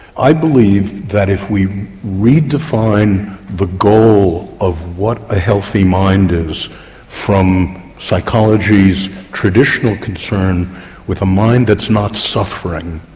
i believe that if we redefine the goal of what a healthy mind is from psychology's traditional concern with a mind that's not suffering,